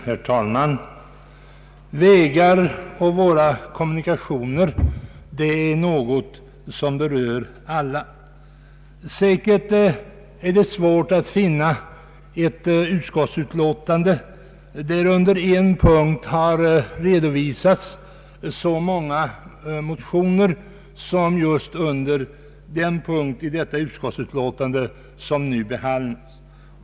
Herr talman! Vägar och kommunikationer är något som berör alla. Säkert är det svårt att finna ett utskottsutlåtande där det under en punkt redovisas så många motioner som under den punkt som nu behandlas.